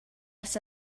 ers